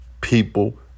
people